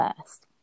first